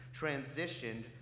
transitioned